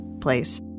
place